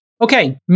Okay